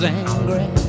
angry